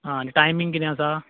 आं आनी टायमींग कितें आसा